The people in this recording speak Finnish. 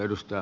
kiitos